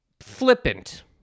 flippant